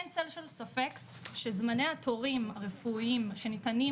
אין צל של ספק שזמני התורים הרפואיים שניתנים